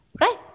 Right